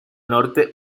norte